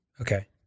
Okay